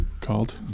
Called